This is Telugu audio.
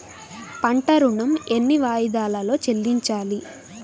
పంట ఋణం ఎన్ని వాయిదాలలో చెల్లించాలి?